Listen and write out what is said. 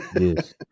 Yes